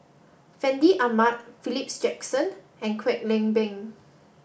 Fandi Ahmad Philip Jackson and Kwek Leng Beng